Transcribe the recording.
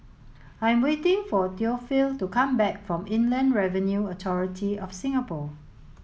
I am waiting for Theophile to come back from Inland Revenue Authority of Singapore